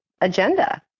agenda